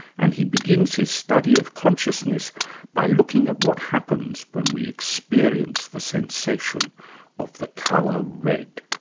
and he begins his study of consciousness by looking at what happens when we experience the sensation of the colour red.